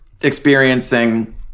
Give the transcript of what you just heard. experiencing